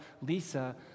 Lisa